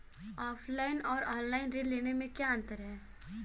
Offline और online ऋण लेने में क्या अंतर है?